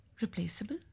replaceable